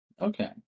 Okay